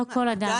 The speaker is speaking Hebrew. לא כל אדם.